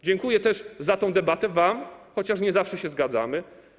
Dziękuję wam też za tę debatę, chociaż nie zawsze się zgadzamy.